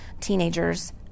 teenagers